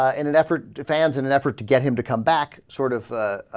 ah in an effort depends in an effort to get him to come back sort of